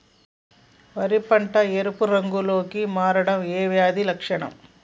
వరి పంట ఎరుపు రంగు లో కి మారడం ఏ వ్యాధి లక్షణం?